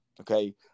Okay